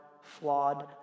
flawed